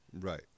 Right